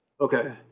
Okay